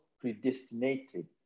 predestinated